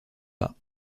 pas